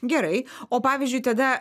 gerai o pavyzdžiui tada